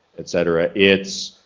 etc. its